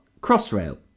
Crossrail